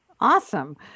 Awesome